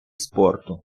спорту